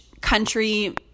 country